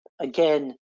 Again